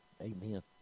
Amen